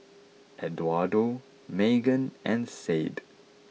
Eduardo Magen and Sade